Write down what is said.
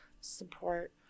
support